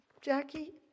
Jackie